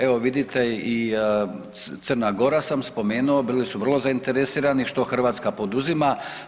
Evo vidite i Crna Gora sam spomenuo, bili su vrlo zainteresirani što Hrvatska poduzima.